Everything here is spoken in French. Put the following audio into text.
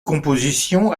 composition